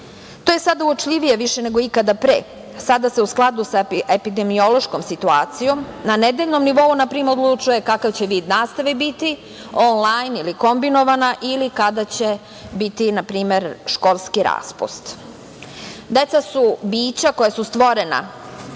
je sada uočljivije više nego ikada pre. Sada se u skladu sa epidemiološkom situacijom na nedeljnom nivou, na primer, odlučuje kakav će vid nastave biti, on-lajn ili kombinovana ili kada će biti, na primer, školski raspust. Deca su bića koja su stvorena